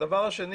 הדבר השי.